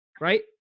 Right